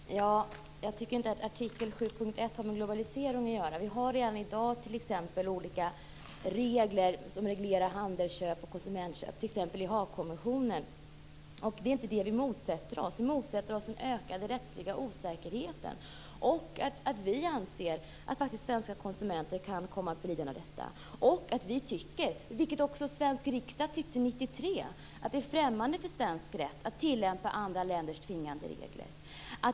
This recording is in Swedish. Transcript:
Herr talman! Jag tycker inte att artikel 7.1 har med globalisering att göra. Vi har redan i dag olika regler för handel och konsumentköp, t.ex. i Haagkonventionen. Det är inte det vi motsätter oss. Vi motsätter oss den ökade rättsliga osäkerheten. Vi anser att svenska konsumenter kan komma att bli lidande av detta. Vi menar, vilket också den svenska riksdagen menade 1993, att det är främmande för svensk rätt att tillämpa andra länders tvingande regler.